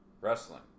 wrestling